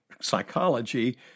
psychology